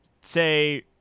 say